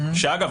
אגב,